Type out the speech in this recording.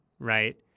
right